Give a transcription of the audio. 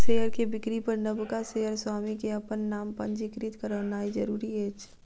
share के बिक्री पर नबका शेयर स्वामी के अपन नाम पंजीकृत करौनाइ जरूरी अछि